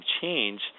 change